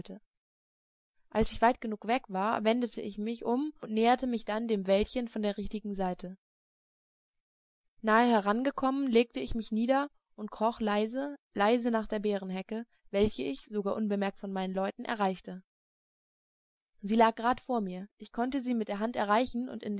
als ich weit genug weg war wendete ich mich um und näherte mich dann dem wäldchen von der richtigen seite nahe herangekommen legte ich mich nieder und kroch leise leise nach der beerenhecke welche ich sogar unbemerkt von meinen leuten erreichte sie lag grad vor mir ich konnte sie mit der hand erreichen und